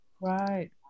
Right